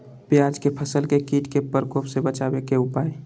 प्याज के फसल के कीट के प्रकोप से बचावे के उपाय?